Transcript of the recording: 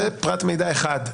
זה פרט מידע אחד.